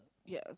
ya